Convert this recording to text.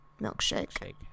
Milkshake